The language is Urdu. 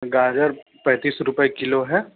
گاجر پینتیس روپئے کلو ہے